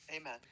Amen